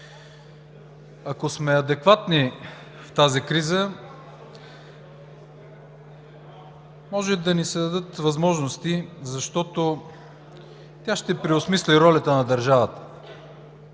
Ако сме адекватни в тази криза, може да ни се дадат възможности, защото тя ще преосмисли ролята на държавата.